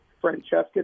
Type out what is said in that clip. Francesca